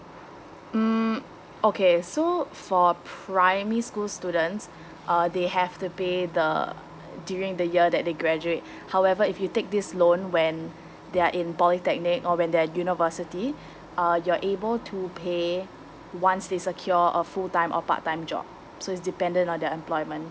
mm okay so for primary school students uh they have to pay the during the year that they graduate however if you take this loan when they are in polytechnic or when they're university uh you're able to pay once they secure a full time or part time job so it's dependent on the employment